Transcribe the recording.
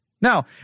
Now